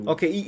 Okay